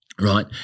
right